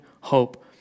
hope